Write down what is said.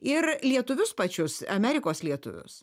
ir lietuvius pačius amerikos lietuvius